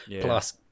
plus